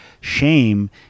shame